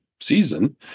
season